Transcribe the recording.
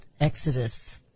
Exodus